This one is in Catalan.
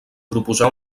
proposà